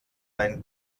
ein